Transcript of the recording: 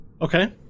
Okay